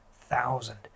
thousand